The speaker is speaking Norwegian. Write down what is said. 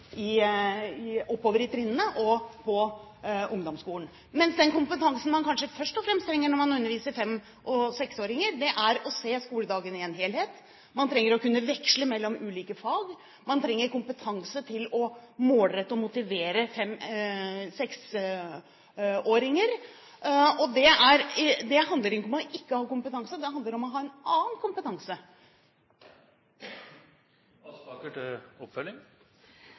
oppover i trinnene og på ungdomsskolen, mens den kompetansen man kanskje først og fremst trenger når man underviser 5- og 6-åringer, er å se skoledagen som en helhet. Man trenger å kunne veksle mellom ulike fag, og man trenger kompetanse til å målrette og motivere 5- og 6-åringer. Det handler ikke om ikke å ha kompetanse, det handler om å ha en annen kompetanse.